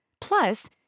Plus